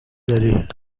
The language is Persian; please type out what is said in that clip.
داری